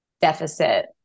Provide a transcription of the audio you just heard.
deficit